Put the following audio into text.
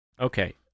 Okay